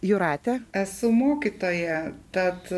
esu mokytoja tad